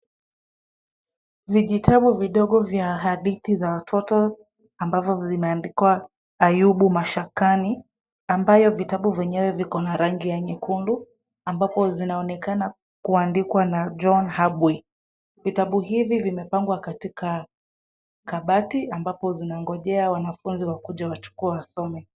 Vijitabu vidogo vya hadithi za watoto ambavyo vimeandikwa Ayubu mashakani ambayo vitabu vienyewe vikona rangi ya nyekundu ambazo zinaonekana kuandikwa na Joan Habwi. Vitabu hivi vimepangwa katika kabati ambapo zinangojea wanafunzi wakuje wasome.